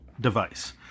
device